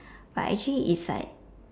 but actually is like